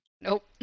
Nope